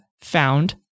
found